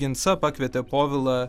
ginsa pakvietė povilą